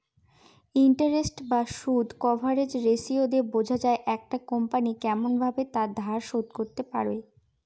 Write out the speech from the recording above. interest বা সুদ coverage ratio দিয়ে বোঝা যায় একটা কোম্পনি কেমন ভাবে তার ধার শোধ করতে পারে